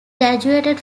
graduated